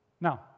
Now